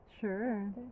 Sure